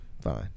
fine